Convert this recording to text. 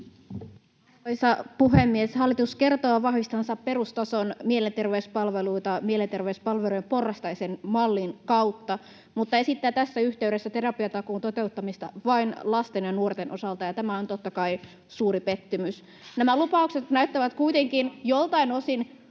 Arvoisa puhemies! Hallitus kertoo vahvistavansa perustason mielenterveyspalveluita mielenterveyspalvelujen porrastamisen mallin kautta, mutta esittää tässä yhteydessä terapiatakuun toteuttamista vain lasten ja nuorten osalta, ja tämä on totta kai suuri pettymys. Nämä lupaukset näyttävät kuitenkin joltain osin